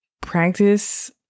Practice